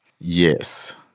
Yes